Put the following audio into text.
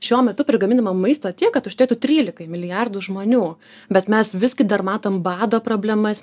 šiuo metu prigaminama maisto tiek kad užtektų trylikai milijardų žmonių bet mes visgi dar matom bado problemas